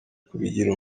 kubigira